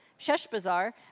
Sheshbazar